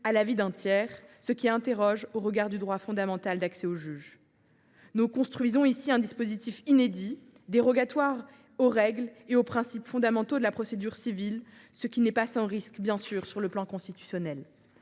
à l’avis d’un tiers, ce qui pose question au regard du droit fondamental d’accès au juge. Nous construisons ici un dispositif inédit, dérogatoire aux règles et aux principes fondamentaux de la procédure civile, ce qui n’est pas sans risque sur le plan constitutionnel.